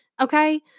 Okay